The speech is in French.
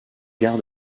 gare